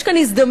יש כאן הזדמנות,